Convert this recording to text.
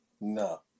No